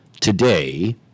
today